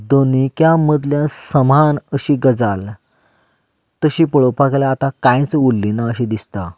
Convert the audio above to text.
दोनीच्या मदल्या समान अशी गजाल तशी पळोवपाक गेल्यार आतां कांयच उरली ना अशी दिसता